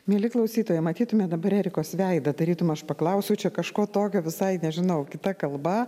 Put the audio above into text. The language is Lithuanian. mieli klausytojai matytumėt dabar erikos veidą tarytum aš paklausiau čia kažko tokio visai nežinau kita kalba